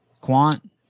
Quant